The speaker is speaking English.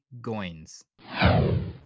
Goins